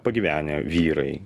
pagyvenę vyrai